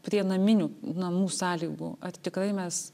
prie naminių namų sąlygų ar tikrai mes